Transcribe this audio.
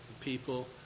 People